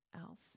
else